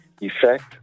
Effect